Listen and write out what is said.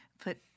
put